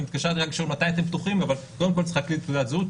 התקשרתי רק לשאול מתי אתם פתוחים אבל קודם כול צריך להקליד תעודת זהות,